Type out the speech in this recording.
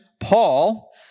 Paul